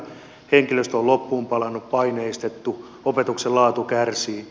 henkilöstö on loppuunpalanut paineistettu opetuksen laatu kärsii